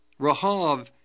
Rahav